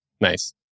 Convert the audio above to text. Nice